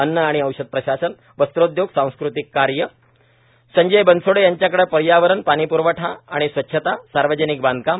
अन्न आणि औषध प्रशासनए वस्त्रोद्योग सांस्कृतिक कार्य संजय बनसोडे यांच्याकडे पर्यावरण पाणी प्रवठा आणि स्वच्छता सार्वजनिक बांधकाम